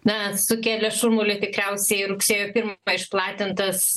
na sukelė šurmulį tikriausiai rugsėjo pirmą išplatintas